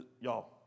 Y'all